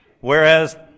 Whereas